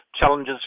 challenges